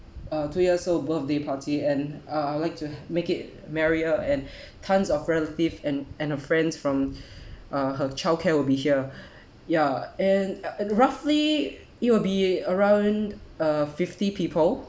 uh two years old birthday party and uh I would like to make it merrier and tons of relative and and her friends from uh her childcare will be here ya and and roughly it will be around uh fifty people